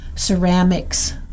Ceramics